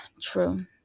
true